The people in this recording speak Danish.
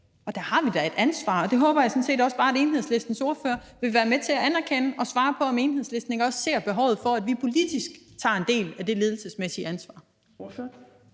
ryg. Der har vi da et ansvar, og det håber jeg sådan set også bare at Enhedslistens ordfører vil være med til at anerkende. Og jeg håber, at Enhedslisten vil svare på, om Enhedslisten ikke også ser behovet for, at vi politisk tager en del af det ledelsesmæssige ansvar.